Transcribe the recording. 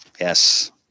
yes